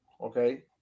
okay